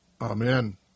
Amen